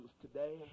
today